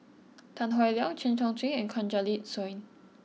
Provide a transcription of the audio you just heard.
Tan Howe Liang Chen Chong Swee and Kanwaljit Soin